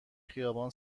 خیابان